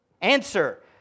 Answer